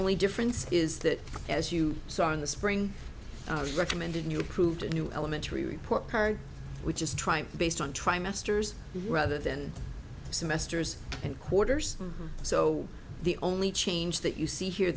only difference is that as you saw in the spring recommended new approved a new elementary report card which is trying based on trimesters rather than semesters and quarters so the only change that you see here